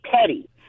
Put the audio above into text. petty